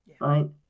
right